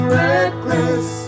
reckless